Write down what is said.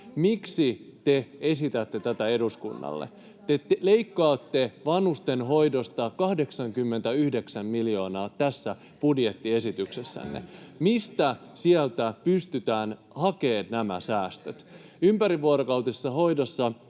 Miksi te esitätte tätä eduskunnalle? Te leikkaatte vanhustenhoidosta 89 miljoonaa [Krista Kiurun välihuuto] tässä budjettiesityksessänne. [Timo Heinosen välihuuto] Mistä sieltä pystytään hakemaan nämä säästöt? Ympärivuorokautisessa hoidossa